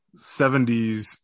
70s